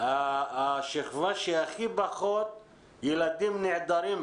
אלה בתי ספר מרובי תלמידים שאין להם את התשתיות